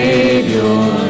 Savior